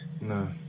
No